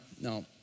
no